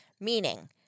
Meaning